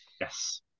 Yes